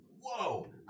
Whoa